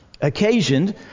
occasioned